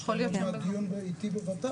יש להם עוד מעט דיון איתי בבט"פ.